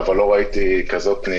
אבל לא ראיתי פנייה